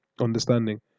understanding